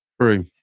True